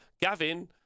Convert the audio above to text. gavin